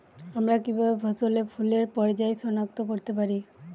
আমরা কিভাবে ফসলে ফুলের পর্যায় সনাক্ত করতে পারি?